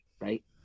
right